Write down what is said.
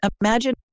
Imagine